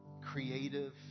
creative